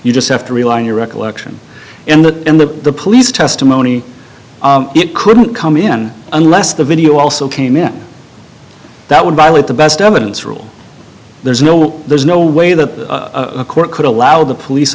you just have to rely on your recollection and that and the police testimony it couldn't come in unless the video also came in that would violate the best evidence rule there's no there's no way that a court could allow the police